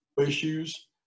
issues